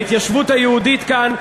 ההתיישבות היהודית כאן,